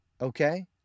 Okay